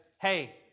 hey